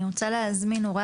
אני רוצה להזמין את א',